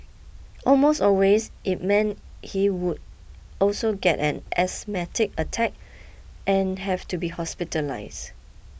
almost always it meant he would also get an asthmatic attack and have to be hospitalised